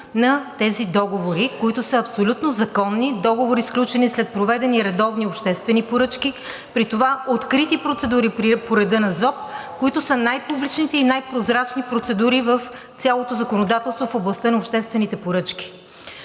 на тези договори, които са абсолютно законни. Договори, сключени след проведени редовни обществени поръчки. При това открити процедури по реда на ЗОП, които са най публичните и най-прозрачни процедури в цялото законодателство в областта на обществените поръчки.